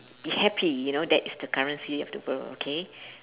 if happy you know that is the currency of the world okay